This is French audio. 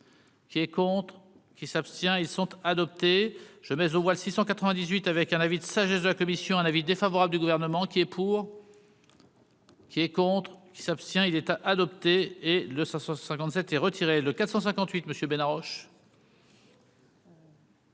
Qui est contre qui s'abstient ils sont adoptés je mais au moins 698 avec un avis de sagesse de la commission, un avis défavorable du gouvernement qui est pour. Qui est contre qui s'abstient, il est à adopter et le 57 et retiré le 458 monsieur Bena Roche.